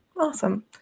awesome